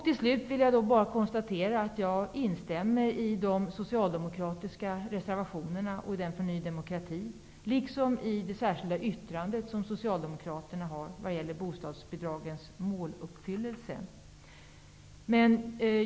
Till slut vill jag bara konstatera att jag instämmer i de socialdemokratiska reservationerna och i reservationen från Ny demokrati. Likaså instämmer jag i det särskilda yttrandet från Socialdemokraterna om bostadsbidragets måluppfyllelse.